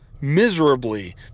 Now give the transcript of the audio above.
miserably